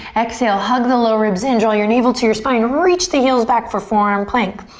exhale, hug the low ribs in, draw your navel to your spine, reach the heels back for forearm plank.